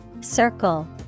Circle